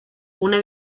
una